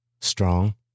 Strong